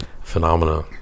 phenomena